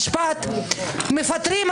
לייעוץ המשפטי,